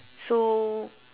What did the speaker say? so